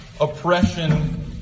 oppression